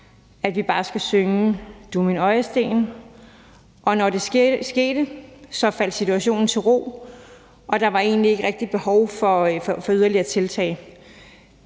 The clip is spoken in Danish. at vi bare skal synge »Du er min øjesten«. Når det skete, faldt situationen til ro, og der var egentlig ikke rigtig behov for yderligere tiltag.